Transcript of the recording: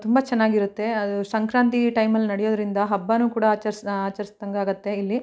ತುಂಬ ಚೆನ್ನಾಗಿರುತ್ತೆ ಅದು ಸಂಕ್ರಾಂತಿ ಟೈಮಲ್ಲಿ ನಡೆಯೋದರಿಂದ ಹಬ್ಬವೂ ಕೂಡ ಆಚರಿಸು ಆಚರಿಸ್ದಂಗೆ ಆಗುತ್ತೆ ಇಲ್ಲಿ